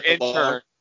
intern